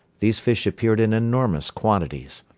these fish appeared in enormous quantities.